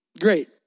Great